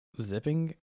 zipping